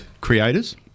creators